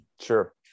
Sure